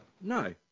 no